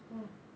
oh